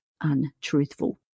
untruthful